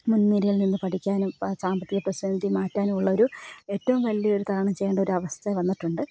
മുൻനിരിയിൽ നിന്ന് പഠിക്കാനും സാമ്പത്തിക പ്രതിസന്ധി മാറ്റാനും ഉള്ളൊരു ഏറ്റവും വലിയൊരു ഇതാണ് ചെയ്യേണ്ട ഒരുവസ്ഥ വന്നിട്ടുണ്ട്